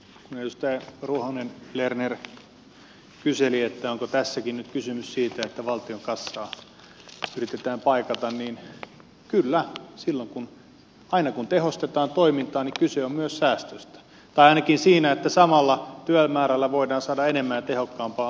edustaja ruohonen lerner kyseli onko tässäkin nyt kysymys siitä että valtion kassaa yritetään paikata niin kyllä silloin aina kun tehostetaan toimintaa niin kyse on myös säästöistä tai ainakin siitä että samalla työmäärällä voidaan saada enemmän ja tehokkaampaa aikaan